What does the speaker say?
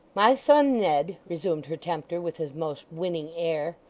my son ned resumed her tempter with his most winning air,